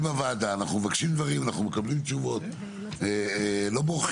אנחנו מבקשים דברים ומקבלים תשובות ואף אחד לא בורח